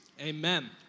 Amen